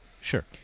Sure